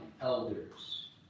elders